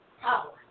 Power